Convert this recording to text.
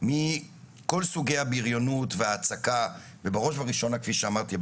מכל סוגי הבריונות וההצקה ובראש וראשונה כפי שאמרתי,